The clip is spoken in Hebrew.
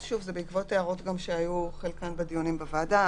גם בעקבות הערות שהיו בחלקן גם בדיונים בוועדה,